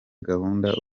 gahunda